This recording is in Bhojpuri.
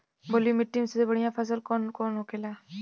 बलुई मिट्टी में सबसे बढ़ियां फसल कौन कौन होखेला?